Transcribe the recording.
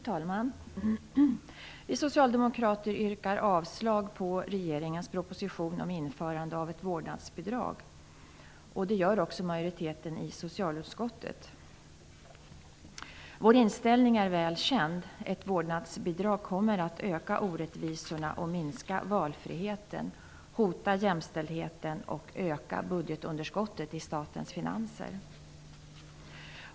Fru talman! Vi socialdemokrater yrkar avslag på regeringens proposition om införande av ett vårdnadsbidrag. Det gör också majoriteten i socialutskottet. Vår inställning är väl känd. Ett vårdnadsbidrag kommer att öka orättvisorna, minska valfriheten, hota jämställdheten och öka budgetunderskottet i statens finanser.